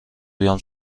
بیام